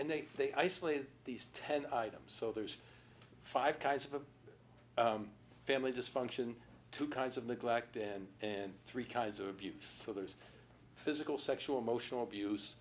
and they they isolate these ten items so there's five kinds of family dysfunction two kinds of neglect and then three kinds of abuse so there's physical sexual emotional abuse